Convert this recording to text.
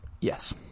Yes